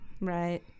Right